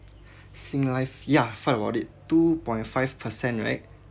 singlife yeah I've heard about it two point five percent right